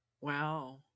Wow